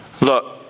look